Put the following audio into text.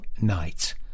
night